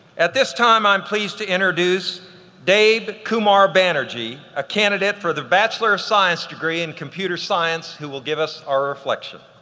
at this time i'm pleased to introduce deb kumar banerji, a candidate for the bachelor of science degree in computer science who will give us our reflection.